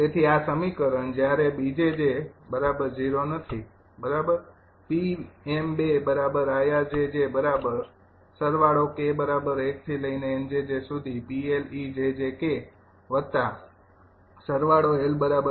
તેથી આ સમીકરણ જ્યારે 𝐵 𝑗𝑗 ≠ ૦ બરાબર